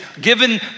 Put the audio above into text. given